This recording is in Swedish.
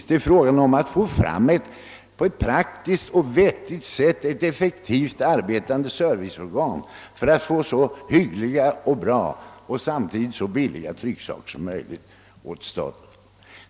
Det syftar till att på ett praktiskt och vettigt sätt skapa ett effektivt arbetande serviceorgan för att få till stånd så goda och samtidigt så billiga trycksaker som möjligt åt staten.